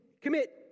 commit